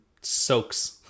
soaks